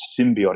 symbiotic